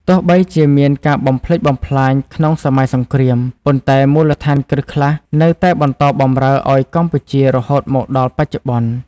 ទោះបីជាមានការបំផ្លិចបំផ្លាញក្នុងសម័យសង្គ្រាម ប៉ុន្តែមូលដ្ឋានគ្រឹះខ្លះនៅតែបន្តបម្រើឱ្យកម្ពុជារហូតមកដល់បច្ចុប្បន្ន។